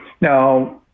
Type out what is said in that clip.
Now